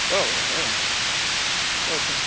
औ औ औ सोर